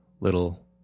little